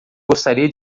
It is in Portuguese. gostaria